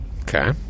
Okay